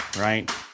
right